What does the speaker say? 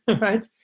right